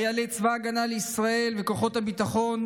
ובחיילי צבא הגנה לישראל וכוחות הביטחון,